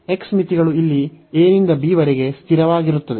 x ಮಿತಿಗಳು ಇಲ್ಲಿ a ನಿಂದ b ಗೆ ಸ್ಥಿರವಾಗಿರುತ್ತದೆ